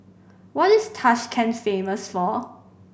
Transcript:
what is Tashkent famous for